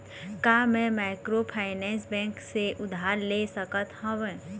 का मैं microfinance bank से उधार ले सकत हावे?